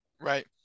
Right